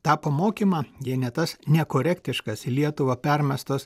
tą pamokymą jei ne tas nekorektiškas į lietuvą permestas